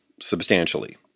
substantially